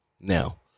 Now